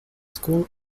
school